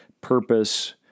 purpose